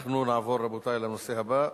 אנחנו נעבור, רבותי, לנושא הבא.